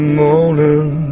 morning